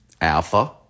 alpha